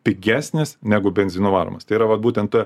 pigesnis negu benzinu varomas tai yra vat būtent